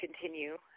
continue